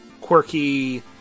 quirky